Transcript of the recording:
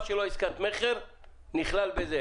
מה שלא עסקת מכר, נכלל בזה.